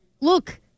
Look